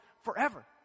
forever